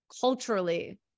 culturally